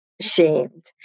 shamed